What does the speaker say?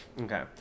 Okay